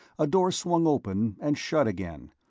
a door swung open and shut again,